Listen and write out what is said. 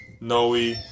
Noe